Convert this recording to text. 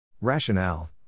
Rationale